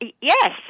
Yes